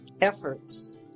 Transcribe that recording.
efforts